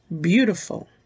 beautiful